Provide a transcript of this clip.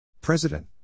President